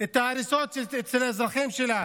את ההריסות אצל האזרחים שלה